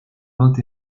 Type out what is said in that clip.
vingt